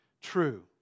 true